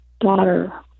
daughter